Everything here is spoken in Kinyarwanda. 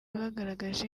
bagaragaje